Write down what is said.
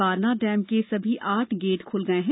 Barna dam के सभी आठ गेट खुल गए हैं